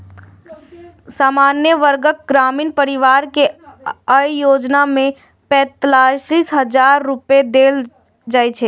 सामान्य वर्गक ग्रामीण परिवार कें अय योजना मे पैंतालिस हजार रुपैया देल जाइ छै